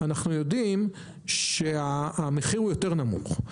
אנחנו יודעים שהמחיר הוא יותר נמוך,